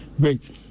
great